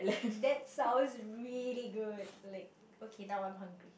that sounds really good leg okay now I'm hungry